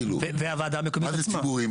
מה זה ציבוריים?